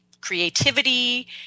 creativity